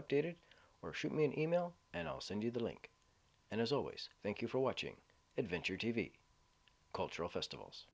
updated or shoot me an email and i'll send you the link and as always thank you for watching adventure t v cultural festivals